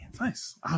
Nice